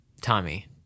Tommy